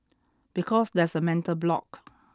because there's a mental block